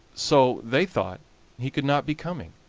so they thought he could not be coming,